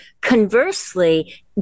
conversely